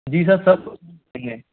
जी sir सब